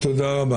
תודה .